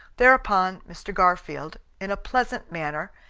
thereupon mr. garfield, in a pleasant manner,